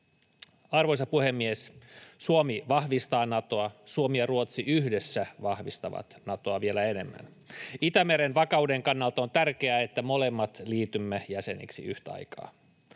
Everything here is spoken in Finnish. Arvoisa puhemies! Suomi vahvistaa Natoa, Suomi ja Ruotsi yhdessä vahvistavat Natoa vielä enemmän. Itämeren vakauden kannalta on tärkeää, että molemmat liittyvät jäseniksi yhtä aikaa.